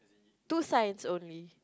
two signs only